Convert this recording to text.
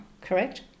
correct